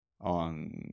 on